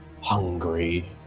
hungry